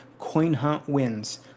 CoinHuntWins